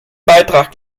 beitrag